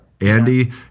Andy